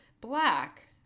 Black